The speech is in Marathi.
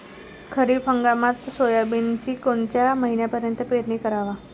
खरीप हंगामात सोयाबीनची कोनच्या महिन्यापर्यंत पेरनी कराव?